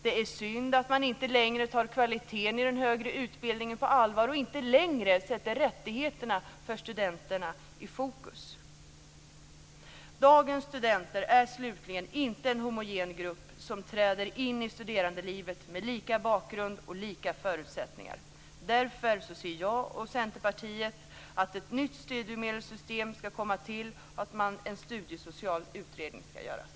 Det är synd att man inte längre tar kvaliteten i den högre utbildningen på allvar och inte längre sätter rättigheterna för studenterna i fokus. Dagens studenter är inte en homogen grupp som träder in i studerandelivet med lika bakgrund och lika förutsättningar. Därför vill jag och Centerpartiet att ett nytt studiemedelssystem skall komma till och en studiesocial utredning skall göras.